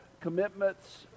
commitments